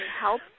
help